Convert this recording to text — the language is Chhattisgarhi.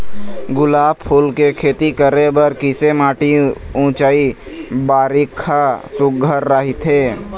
गुलाब फूल के खेती करे बर किसे माटी ऊंचाई बारिखा सुघ्घर राइथे?